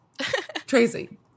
Tracy